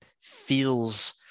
feels